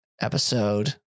episode